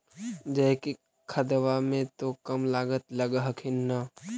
जैकिक खदबा मे तो कम लागत लग हखिन न?